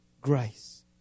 Grace